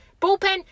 bullpen